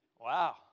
Wow